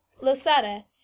Losada